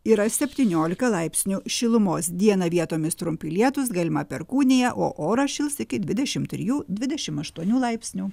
yra septyniolika laipsnių šilumos dieną vietomis trumpi lietūs galima perkūnija o oras šils iki dvidešim trijų dvidešim aštuonių laipsnių